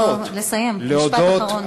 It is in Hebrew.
לא, לסיים, משפט אחרון.